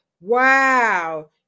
Wow